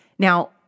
Now